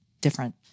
different